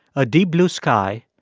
a deep blue sky,